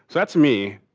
that's me,